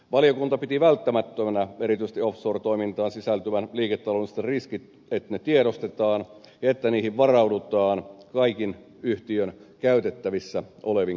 valiokunta piti välttämättömänä että erityisesti offshore toimintaan sisältyvät liiketaloudelliset riskit tiedostetaan että niihin varaudutaan kaikin yhtiön käytettävissä olevin keinoin